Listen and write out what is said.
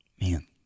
Man